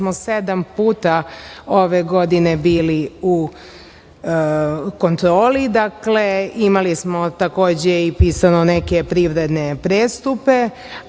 smo sedam puta ove godine bili u kontroli. Dakle, imali smo takođe i pisano neke privredne prestupe,